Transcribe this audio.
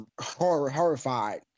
horrified